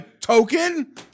token